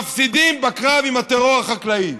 מפסידים בקרב עם הטרור החקלאי.